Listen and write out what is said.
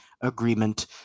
agreement